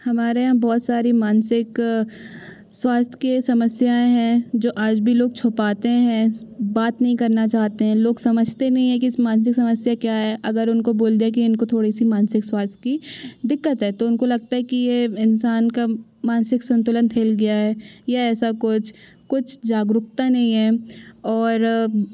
हमारे यहाँ बहुत सारी मानसिक स्वास्थ्य के समस्याएँ हैं जो आज भी लोग छुपाते हैं बात नहीं करना चाहते हैं लोग समझते नहीं है कि इस मानसिक समस्या क्या है अगर उनको बोल दिया कि इनको थोड़ी सी मानसिक स्वास्थ्य की दिक्कत है तो उनको लगता है कि ये इंसान का मानसिक संतुलन हिल गया है या ऐसा कुछ कुछ जागरूकता नहीं है और